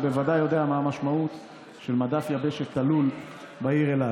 הוא ודאי יודע מה המשמעות של מדף יבשת תלול בעיר אילת.